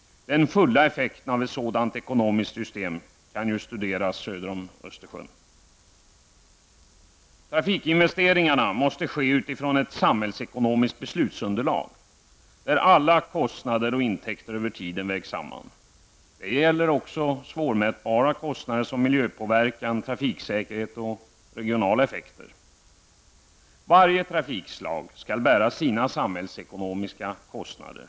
Den fulla effekten av ett sådant ekonomiskt system kan studeras söder om Trafikinvesteringarna måste ske utifrån ett samhällsekonomiskt beslutsunderlag, där alla kostnader och intäkter över tiden vägs samman. Det gäller också svårmätbara kostnader som miljöpåverkan, trafiksäkerhet och regionala effekter. Varje trafikslag skall bära sina samhällsekonomiska kostnader.